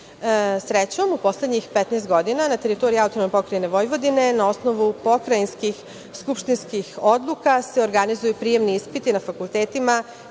u poslednjih 15 godina na teritoriji AP Vojvodine na osnovu pokrajinskih skupštinskih odluka se organizuju prijemni ispiti na fakultetima